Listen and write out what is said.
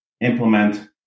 implement